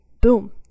boom